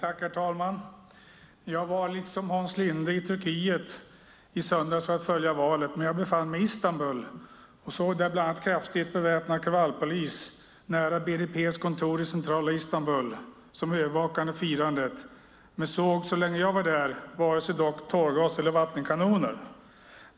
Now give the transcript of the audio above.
Herr talman! Jag var liksom Hans Linde i Turkiet i söndags för att följa valet, men jag befann mig i Istanbul och såg bland annat kraftigt beväpnad kravallpolis nära BDP:s kontor i centrala Istanbul som övervakade firandet men såg så länge jag var där varken tårgas eller vattenkanoner.